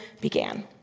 began